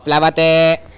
प्लवते